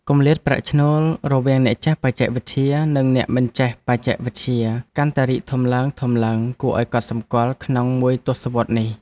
គម្លាតប្រាក់ឈ្នួលរវាងអ្នកចេះបច្ចេកវិទ្យានិងអ្នកមិនចេះបច្ចេកវិទ្យាកាន់តែរីកធំឡើងៗគួរឱ្យកត់សម្គាល់ក្នុងមួយទសវត្សរ៍នេះ។